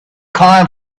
coin